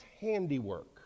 handiwork